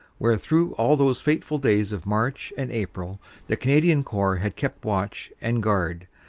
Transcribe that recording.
where through all those fateful days of march and april the canadian corps had kept watch and guard,